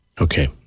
Okay